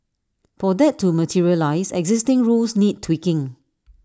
for that to materialise existing rules need tweaking